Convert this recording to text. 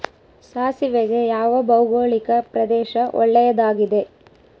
ಸಾಸಿವೆಗೆ ಯಾವ ಭೌಗೋಳಿಕ ಪ್ರದೇಶ ಒಳ್ಳೆಯದಾಗಿದೆ?